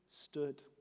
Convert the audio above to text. stood